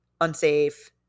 unsafe